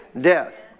Death